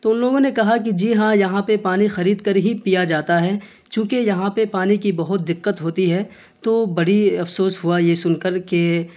تو ان لوگوں نے کہا کہ جی ہاں یہاں پہ پانی خرید کر ہی پیا جاتا ہے چوں کہ یہاں پہ پانی کی بہت دقت ہوتی ہے تو بڑی افسوس ہوا یہ سن کر کہ